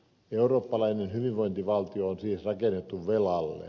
eurooppalainen hyvinvointivaltio on siis rakennettu velalle